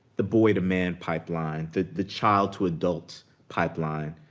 the boy-to-man pipeline, the the child-to-adult pipeline.